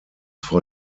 vor